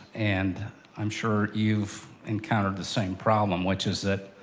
and i'm sure you've encountered the same problem, which is that,